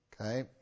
Okay